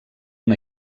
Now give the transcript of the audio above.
una